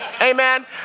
amen